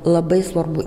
labai svarbu